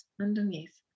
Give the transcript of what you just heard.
underneath